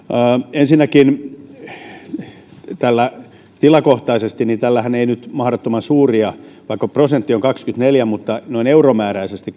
ensinnäkin tilakohtaisestihan tällä ei nyt mahdottoman suuriin vaikka prosentti on kaksikymmentäneljä mutta noin euromääräisesti